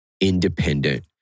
independent